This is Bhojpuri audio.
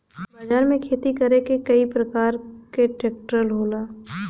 बाजार में खेती करे के कई परकार के ट्रेक्टर होला